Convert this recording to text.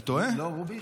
לא רובינשטיין?